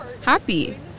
happy